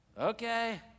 Okay